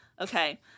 Okay